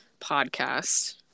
podcast